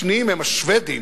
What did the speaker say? השניים הם השבדים,